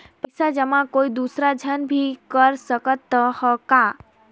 पइसा जमा कोई दुसर झन भी कर सकत त ह का?